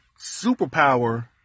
superpower